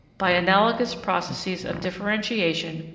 by analogous processes of differentiation,